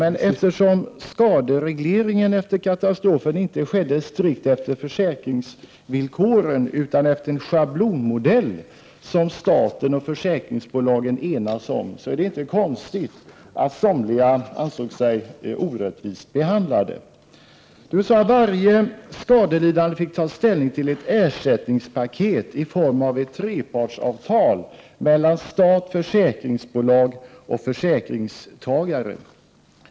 Men eftersom skaderegleringen efter katastrofen inte skedde strikt efter försäkringsvillkoren, utan efter en schablonmodell som staten och försäkringsbolagen enats om, är det inte konstigt att somliga ansåg sig orättvist behandlade. Varje skadelidande fick ta ställning till ett ersättningspaket i form av ett trepartsavtal mellan stat, försäkringsbolag och försäkringstagare.